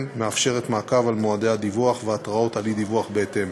מאפשרת מעקב על מועדי הדיווח והתראות על אי-דיווח בהתאם.